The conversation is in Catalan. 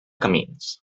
camins